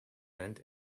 hand